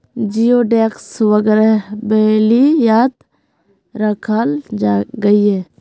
जिओडेक्स वगैरह बेल्वियात राखाल गहिये